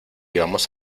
vamos